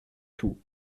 toux